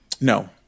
No